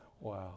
Wow